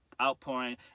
outpouring